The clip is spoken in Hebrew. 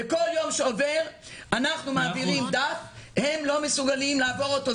ובכל יום שעובר אנחנו מעבירים דף והם לא מסוגלים לעבור אותו.